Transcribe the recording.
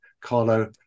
Carlo